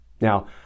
Now